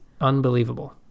Unbelievable